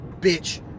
bitch